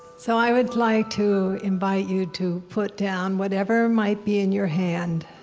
so i would like to invite you to put down whatever might be in your hand